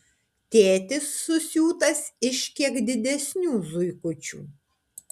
tėtis susiūtas iš kiek didesnių zuikučių